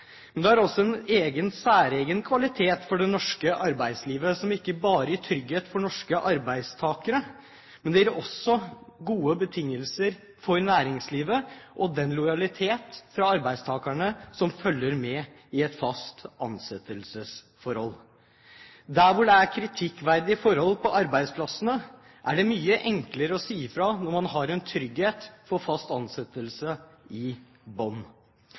Men det er også en særegen kvalitet ved det norske arbeidslivet som ikke bare gir trygghet for norske arbeidstakere, men det gir også gode betingelser for næringslivet og en lojalitet fra arbeidstakerne som følger av et fast ansettelsesforhold. Der hvor det er kritikkverdige forhold på arbeidsplassene, er det mye enklere å si fra når man har en trygghet for fast ansettelse i